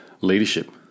leadership